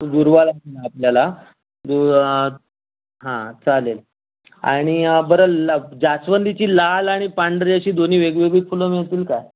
तर दुर्वा लागणार आपल्याला दु हां चालेल आणि बरं लब जास्वंदीची लाल आणि पांढरी अशी दोन्ही वेगवेगळी फुलं मिळतील का